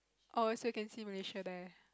oh so you can see Malaysia there